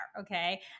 okay